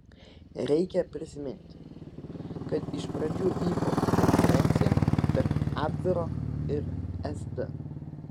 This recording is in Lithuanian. reikia prisiminti kad iš pradžių vyko konkurencija tarp abvero ir sd